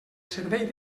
servei